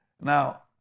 now